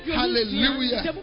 hallelujah